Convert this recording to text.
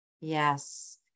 Yes